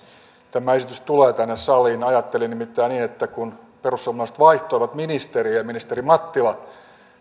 tämä esitys tulee tänne saliin ajattelin nimittäin niin että kun perussuomalaiset vaihtoivat ministeriä ja ministeri mattila